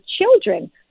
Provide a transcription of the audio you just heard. children